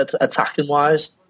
attacking-wise